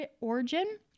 origin